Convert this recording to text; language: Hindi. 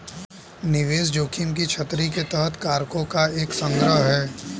निवेश जोखिम की छतरी के तहत कारकों का एक संग्रह है